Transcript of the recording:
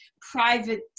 private